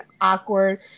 awkward